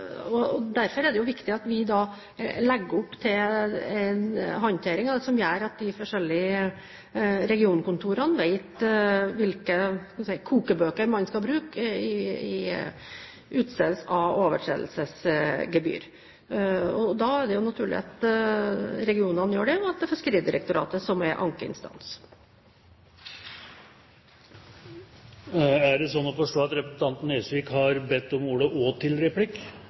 Derfor er det viktig at vi legger opp til en håndtering som gjør at de forskjellige regionkontorene vet hvilke – skal vi si – kokebøker man skal bruke i utstedelse av overtredelsesgebyr. Det er naturlig at regionkontorene gjør det, og at Fiskeridirektoratet er ankeinstans. Jeg vil stille spørsmål knyttet til tildelingsrunden for nye konsesjoner. Statsråden åpnet jo opp for det gjennom at